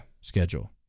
schedule